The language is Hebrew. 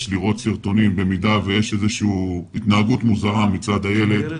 לראות סרטונים במידה ויש איזושהי התנהגות מוזרה מצד הילד.